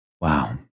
Wow